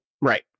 Right